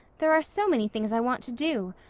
there are so many things i want to do.